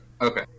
Okay